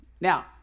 Now